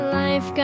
life